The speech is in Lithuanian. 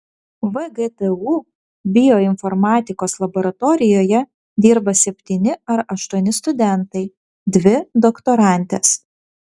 vgtu bioinformatikos laboratorijoje dirba septyni ar aštuoni studentai dvi doktorantės